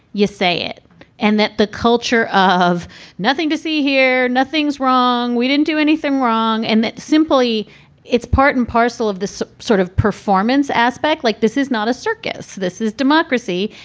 you say it and that the culture of nothing to see here, nothing's wrong. we didn't do anything wrong. and that simply it's part and parcel of the sort of performance aspect like this is not a circus. this is democracy.